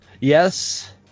Yes